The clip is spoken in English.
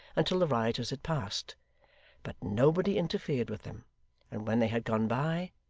until the rioters had passed but nobody interfered with them and when they had gone by,